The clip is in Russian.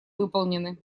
выполнены